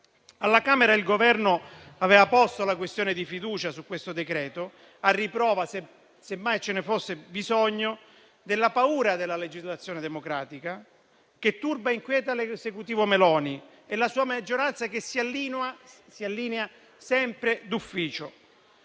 Alla Camera il Governo aveva posto la questione di fiducia su questo decreto, a riprova, semmai ce ne fosse bisogno, della paura della legislazione democratica, che turba e inquieta l'Esecutivo Meloni e la sua maggioranza, che si allinea sempre d'ufficio.